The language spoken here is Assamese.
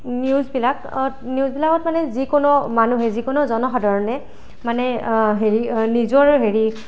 নিউজবিলাক নিউজবিলাকত মানে যিকোনো মানুহে যিকোনো জনসাধাৰণে মানে হেৰি নিজৰ হেৰি